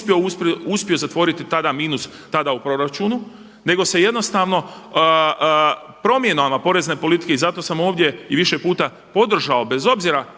uspio zatvoriti tada minus, tada u proračunu nego se jednostavno promjenama porezne politike i zato sam ovdje i više puta podržao bez obzira